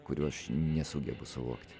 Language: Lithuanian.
kurių aš nesugebu suvokti